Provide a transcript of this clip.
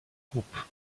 groupe